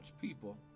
people